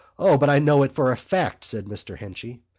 o, but i know it for a fact, said mr. henchy.